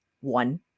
one